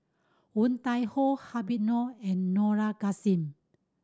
Woon Tai Ho Habib Noh and Dollah Kassim